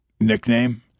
nickname